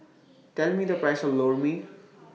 Tell Me The Price of Lor Mee